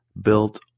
built